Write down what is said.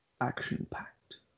Action-packed